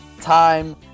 time